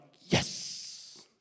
Yes